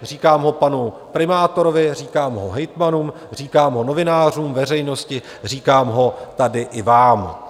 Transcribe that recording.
Říkám ho panu primátorovi, říkám ho hejtmanům, říkám ho novinářům, veřejnosti, říkám ho tady i vám.